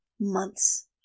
Months